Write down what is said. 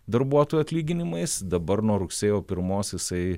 darbuotojų atlyginimais dabar nuo rugsėjo pirmos jisai